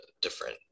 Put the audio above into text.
different